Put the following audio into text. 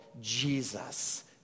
Jesus